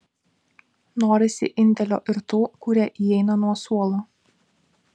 norisi indėlio ir tų kurie įeina nuo suolo